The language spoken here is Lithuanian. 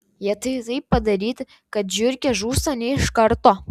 jie taip padaryti kad žiurkė žūsta ne iš karto